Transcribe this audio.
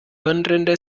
hirnrinde